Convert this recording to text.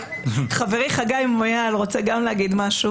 חברי חגי מויאל רוצה גם להגיד משהו.